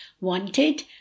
wanted